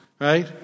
right